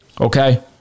Okay